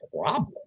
problem